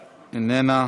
איננה.